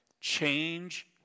change